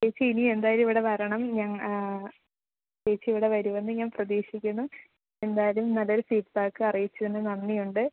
ചേച്ചി ഇനി എന്തായാലും ഇവിടെ വരണം ചേച്ചി ഇവിടെ വരുമെന്നു ഞാന് പ്രതീക്ഷിക്കുന്നു എന്തായാലും നല്ലൊരു ഫീഡ്ബാക്ക് അറിയിച്ചതിനു നന്ദിയുണ്ട്